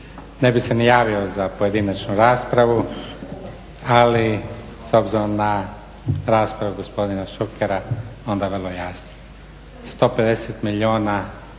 Ne bih se ni javio za pojedinačnu raspravu, ali s obzirom na raspravu gospodina Šukera onda vrlo jasno. 150 milijuna